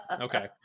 Okay